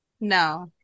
No